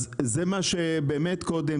זה מה שאמרנו קודם,